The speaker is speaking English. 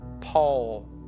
Paul